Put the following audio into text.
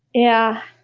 yeah,